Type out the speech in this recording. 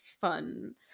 fun